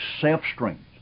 self-strength